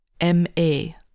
M-A